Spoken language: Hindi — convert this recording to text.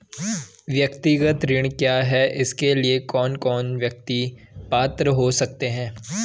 व्यक्तिगत ऋण क्या है इसके लिए कौन कौन व्यक्ति पात्र हो सकते हैं?